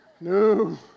No